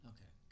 Okay